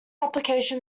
application